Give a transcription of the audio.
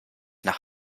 nach